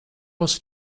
was